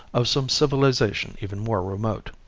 of some civilization even more remote.